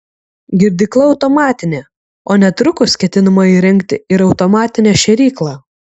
girdykla automatinė o netrukus ketinama įrengti ir automatinę šėryklą